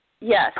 Yes